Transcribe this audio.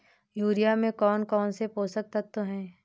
Urea में कौन कौन से पोषक तत्व है?